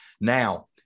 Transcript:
Now